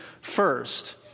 first